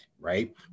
Right